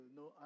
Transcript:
no